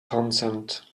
consent